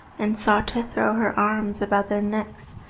and sought to throw her arms about their necks.